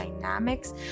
dynamics